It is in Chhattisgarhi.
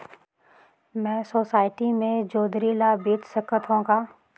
मैं सोसायटी मे जोंदरी ला बेच सकत हो का?